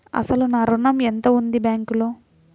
అసలు నా ఋణం ఎంతవుంది బ్యాంక్లో?